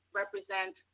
represent